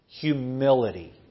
humility